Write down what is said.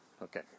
Okay